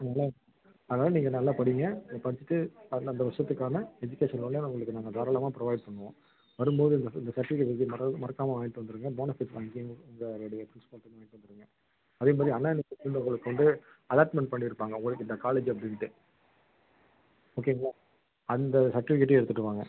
நீங்கள் நல்லா அதனால் நீங்கள் நல்லா படிங்க நீங்கள் படித்துட்டு அந்தந்த வருஷத்துக்கான எஜுகேஷன் லோனை நாங்கள் உங்களுக்கு நாங்கள் தாராளமாக புரொவைட் பண்ணுவோம் வரும்போது இந்த இந்த சர்ட்டிஃபிக்கேட் இது மற மறக்காமல் வாங்கிட்டு வந்துடுங்க போனஃபைட் வாங்கிட்டு இந்த ரெண்டையும் வாங்கிட்டு வந்துடுங்க அதேமாரி அண்ணா யுனிவர்சிட்டியில் உங்களுக்கு வந்து அலாட்மெண்ட் பண்ணியிருப்பாங்க உங்களுக்கு இந்த காலேஜ் அப்படின்ட்டு ஓகேங்களா அந்த சர்ட்டிஃபிக்கேட்டையும் எடுத்துட்டு வாங்க